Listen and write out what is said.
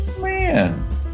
man